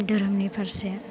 धोरोमनि फारसे